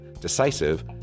decisive